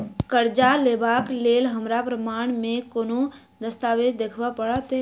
करजा लेबाक लेल हमरा प्रमाण मेँ कोन दस्तावेज देखाबऽ पड़तै?